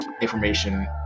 information